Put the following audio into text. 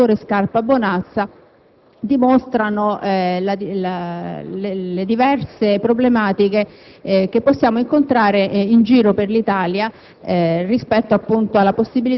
presentata dal senatore Scarpa Bonazza Buora dimostrano quali diverse problematiche possiamo incontrare in giro per l'Italia